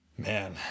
Man